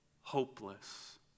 hopeless